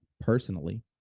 personally